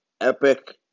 epic